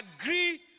agree